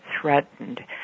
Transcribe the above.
threatened